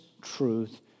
truth